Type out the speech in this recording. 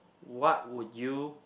what would you